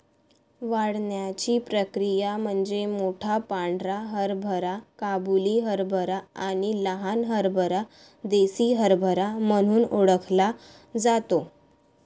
वाढण्याची प्रक्रिया म्हणजे मोठा पांढरा हरभरा काबुली हरभरा आणि लहान हरभरा देसी हरभरा म्हणून ओळखला जातो